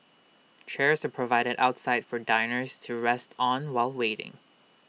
chairs are provided outside for diners to rest on while waiting